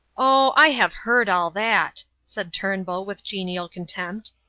oh, i have heard all that! said turnbull with genial contempt.